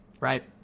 right